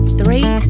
three